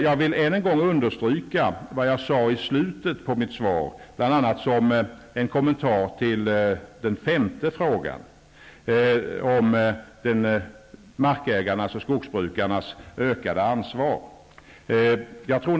Jag vill än en gång understryka vad jag sade i slutet av mitt svar, bl.a. som en kommentar till den femte frågan om markägarnas och skogsbrukarnas ökade ansvar.